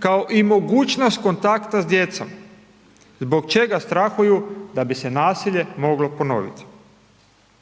kao i mogućnost kontakta s djecom zbog čega strahuju da bi se nasilje moglo ponoviti.